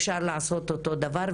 אפשר לעשות את אותו הדבר,